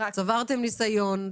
כבר צברתם ניסיון,